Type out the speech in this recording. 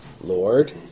Lord